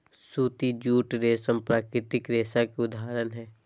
सूती, जूट, रेशम प्राकृतिक रेशा के उदाहरण हय